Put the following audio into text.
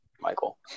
Michael